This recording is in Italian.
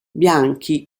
bianchi